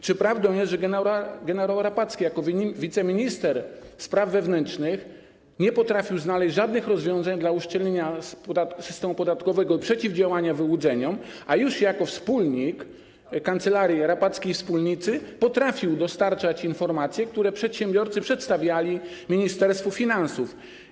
Czy prawdą jest, że gen. Rapacki jako wiceminister spraw wewnętrznych nie potrafił znaleźć żadnych rozwiązań w celu uszczelnienia systemu podatkowego, przeciwdziałania wyłudzeniom, a już jako wspólnik kancelarii Rapacki i Wspólnicy potrafił dostarczać informacje, które przedsiębiorcy przedstawiali Ministerstwu Finansów?